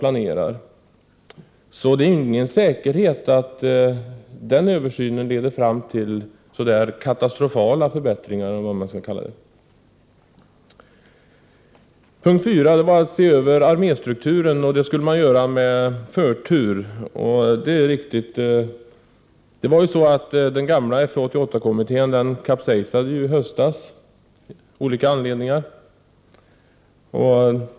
Det är därför inte säkert att denna översyn leder till några stora förbättringar. Punkt fyra handlade om översynen av arméstrukturen. Det skulle ske med förtur, vilket är riktigt. Den gamla FU88-kommittén kapsejsade i höstas av olika anledningar.